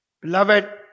Beloved